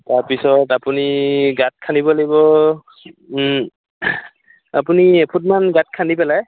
তাৰপিছত আপুনি গাঁত খান্দিব লাগিব আপুনি এফুটমান গাঁত খান্দি পেলাই